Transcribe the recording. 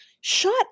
Shut